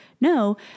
no